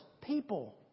people